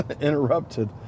interrupted